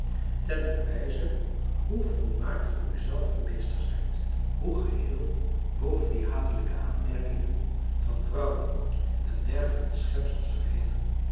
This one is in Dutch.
ten bewijze hoe volmaakt ge u zelven meester zijt hoe geheel boven die hatelijke aanmerkingen van vrouwen en dergelijke schepsels verheven